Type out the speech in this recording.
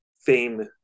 fame